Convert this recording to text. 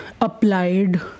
applied